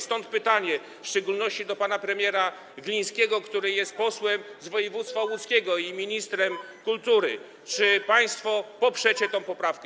Stąd pytanie, w szczególności do pana premiera Glińskiego, który jest posłem z województwa łódzkiego i ministrem kultury: Czy państwo poprzecie tę poprawkę?